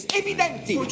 evidenti